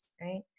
right